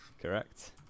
Correct